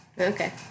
Okay